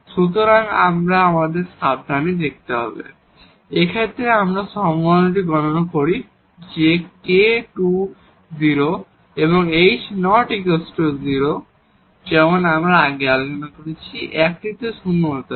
সুতরাং আমাদের আবার সাবধানে দেখতে হবে তাই আমরা এই সম্ভাবনাটি গ্রহণ করি যা এই k → 0 এবং h ≠ 0 হতে দেয় যেমন আমি আগে আলোচনা করেছি যে একটিকে শূন্য হতে হবে